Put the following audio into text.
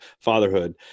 fatherhood